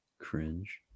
Cringe